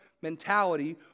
mentality